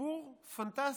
סיפור פנטסטי: